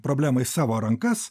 problemą į savo rankas